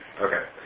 Okay